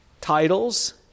titles